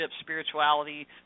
spirituality